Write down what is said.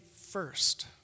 first